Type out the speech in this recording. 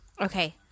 Okay